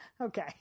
Okay